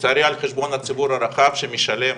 לצערי על חשבון הציבור הרחב שמשלם